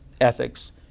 ethics